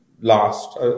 last